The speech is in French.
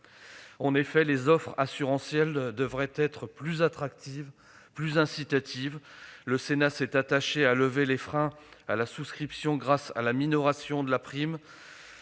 En effet, les offres assurantielles devraient être plus attractives et plus incitatives. Le Sénat s'est attaché à lever les freins à la souscription grâce à la minoration de la prime,